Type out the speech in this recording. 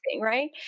right